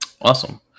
Awesome